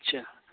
اچھا